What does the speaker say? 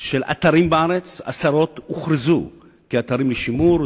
של אתרים בארץ הוכרזו אתרים לשימור.